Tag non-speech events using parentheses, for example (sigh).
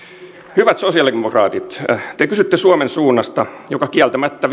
hyvät sosialidemokraatit te kysytte suomen suunnasta joka kieltämättä (unintelligible)